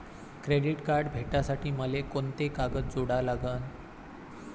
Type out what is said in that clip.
Credit card भेटासाठी मले कोंते कागद जोडा लागन?